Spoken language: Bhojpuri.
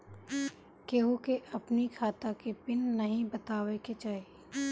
केहू के अपनी खाता के पिन नाइ बतावे के चाही